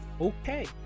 Okay